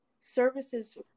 services